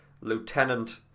Lieutenant